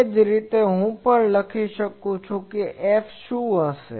એ જ રીતે હું પણ લખી શકું છું કે F શું હશે